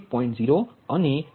0 અને 300